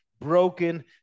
broken